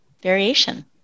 variation